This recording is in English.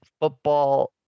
football